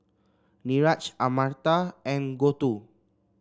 Niraj Amartya and Gouthu